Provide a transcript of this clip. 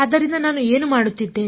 ಆದ್ದರಿಂದ ನಾನು ಏನು ಮಾಡುತ್ತಿದ್ದೇನೆ